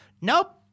Nope